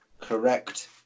Correct